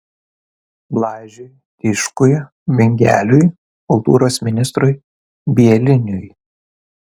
blažiui tiškui bingeliui kultūros ministrui bieliniui